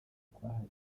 kwahariwe